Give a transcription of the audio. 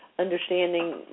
understanding